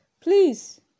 please